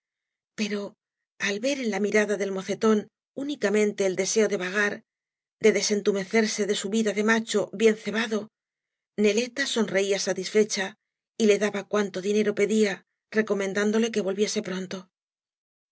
pero al ver en la mirada del mocetón úoieaniente el deseo de vagar de debentumecerse de su vida de macho bien ce bado neleta soiireía satifecha y le daba cuanto dinero pedía recomendándole que volviese pronto